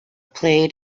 played